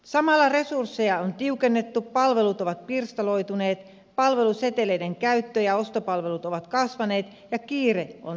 samalla resursseja on tiukennettu palvelut ovat pirstaloituneet palveluseteleiden käyttö ja ostopalvelut ovat kasvaneet ja kiire on lisääntynyt